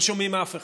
לא שומעים אף אחד.